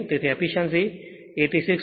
તેથી તે એફીશ્યંસી બરાબર 86